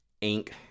ink